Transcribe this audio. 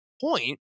point